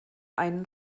einen